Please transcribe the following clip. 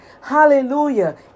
hallelujah